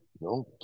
No